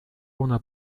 una